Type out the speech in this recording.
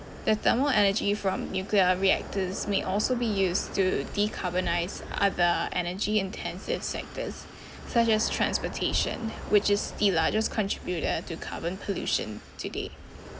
the thermal energy from nuclear reactors may also be used to decarbonised other energy intensive sectors such as transportation which is the largest contributor to carbon pollution today